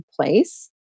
place